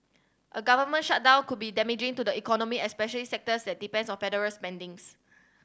a government shutdown could be damaging to the economy especially sectors at depends on federal spendings